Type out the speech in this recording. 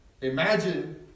imagine